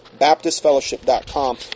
BaptistFellowship.com